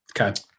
Okay